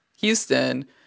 Houston